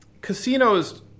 casinos